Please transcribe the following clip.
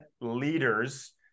leaders